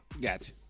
Gotcha